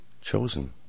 chosen